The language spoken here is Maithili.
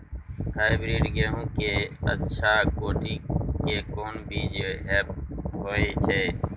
हाइब्रिड गेहूं के अच्छा कोटि के कोन बीज होय छै?